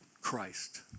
Christ